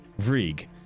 Vrieg